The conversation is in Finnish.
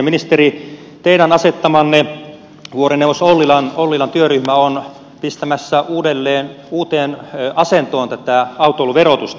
ministeri teidän asettamanne vuorineuvos ollilan työryhmä on pistämässä uuteen asentoon tätä autoiluverotusta